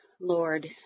Lord